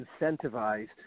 incentivized